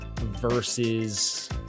versus